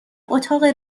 اتاق